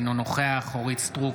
אינו נוכח אורית מלכה סטרוק,